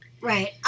Right